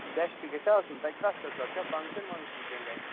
گَسۍ تہِ گَژھیا آسُن تۄہہِ کَتھ خٲطرٕ چھِ تۄہہِ چھا فنکشَن وَنکشَن کیٚنہہ گَرِ